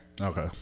Okay